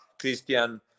Christian